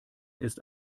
ist